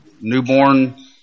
newborn